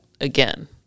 again